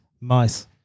Mice